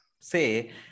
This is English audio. say